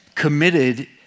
committed